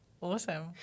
Awesome